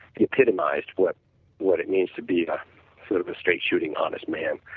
he epitomized what what it means to be sort of a straight shooting honest man.